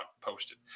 posted